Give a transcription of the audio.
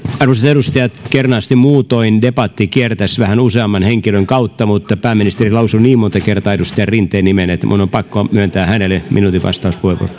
arvoisat edustajat kernaasti muutoin debatti kiertäisi vähän useamman henkilön kautta mutta pääministeri lausui niin monta kertaa edustaja rinteen nimen että minun on pakko myöntää hänelle minuutin vastauspuheenvuoro